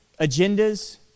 agendas